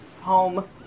home